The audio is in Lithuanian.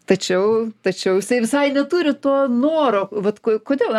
tačiau tačiau jisai visai neturi to noro vat ko kodėl